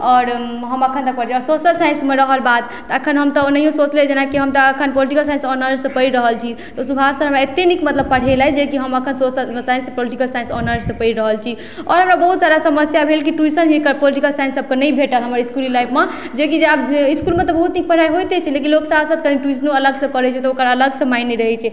आओर हम अखन तक पढ़ै छी आओर सोशल साइन्समे रहल बात तऽ अखन हम तऽ ओनाहियो सोशले जेना कि हम तऽ अखैन पोलिटिकल साइन्स से ऑनर्स से पैढ़ रहल छी तऽ सुभाष सर मतलब हमरा अत्ते नीक पढ़ैलथि जे कि हम अखन सोशल साइन्स पोलिटिकल साइन्स से ऑनर्स से पैढ़ रहल छी आओर हमरा बहुत तरहक समस्या भेल कि ट्यूशन जे एकर पोलिटिकल साइन्स सबके नहि भेटल हमर इसकूली लाइफमे जे कि जे आब इसकुलमे तऽ बहुत नीक पढ़ाइ होइते छै लेकिन लोक साथ साथ कनि ट्यूशनो अलग से करै छै तऽ ओकर अलग से मायने रहै छै